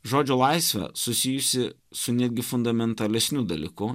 žodžio laisvė susijusi su netgi fundamentalesniu dalyku